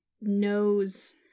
knows